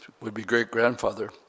would-be-great-grandfather